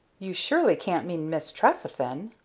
you surely can't mean miss trefethen?